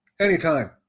Anytime